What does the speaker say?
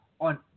on